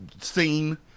scene